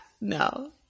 No